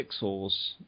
pixels